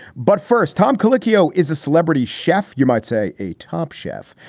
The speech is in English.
but first, tom colicchio is a celebrity chef. you might say a top chef,